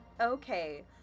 Okay